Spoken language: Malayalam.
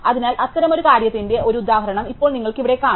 അതിനാൽ അത്തരമൊരു കാര്യത്തിന്റെ ഒരു ഉദാഹരണം ഇപ്പോൾ നിങ്ങൾക്ക് ഇവിടെ കാണാം